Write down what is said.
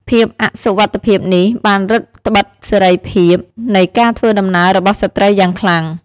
ភាពអសុវត្ថិភាពនេះបានរឹតត្បិតសេរីភាពនៃការធ្វើដំណើររបស់ស្ត្រីយ៉ាងខ្លាំង។